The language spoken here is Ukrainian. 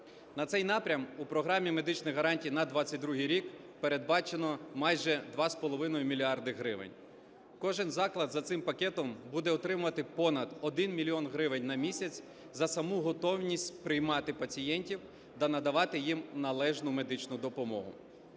На цей напрям у Програмі медичних гарантій на 22-й рік передбачено майже 2,5 мільярда гривень. Кожен заклад за цим пакетом буде отримувати понад 1 мільйон гривень на місяць за саму готовність приймати пацієнтів та надавати їм належну медичну допомогу.